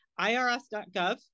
IRS.gov